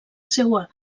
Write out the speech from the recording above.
seua